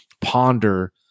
ponder